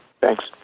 Thanks